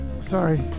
Sorry